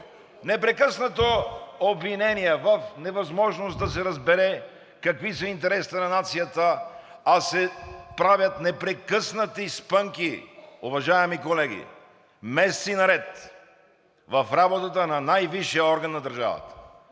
непрекъснато обвинения в невъзможност да се разбере какви са интересите на нацията, а се правят непрекъснати спънки, уважаеми колеги, месеци наред в работата на най-висшия орган на държавата.